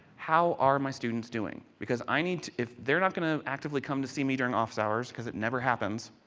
how are my students doing? because i need, if they are not going to actively come to see me during office hours, because it never happens,